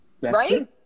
right